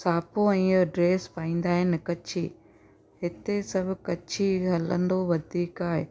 साफ़ो ऐं ईअं ड्रेस पाईंदा आहिनि कच्छी हिते सभु कच्छी हलंदो वधीक आहे